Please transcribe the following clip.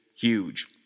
huge